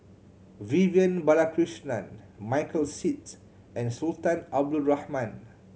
Vivian Balakrishnan Michael Seet and Sultan Abdul Rahman